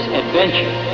adventure